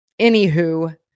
anywho